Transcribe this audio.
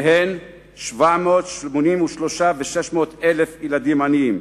ומהן 783,600 ילדים עניים.